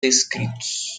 escritos